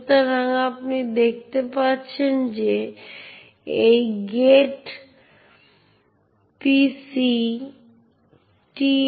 একইভাবে আপনি যখন ptrace ব্যবহার করছেন তখন ptrace অন্যান্য প্রক্রিয়াগুলি ডিবাগ করতে পারে একই uid দিয়ে